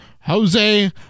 jose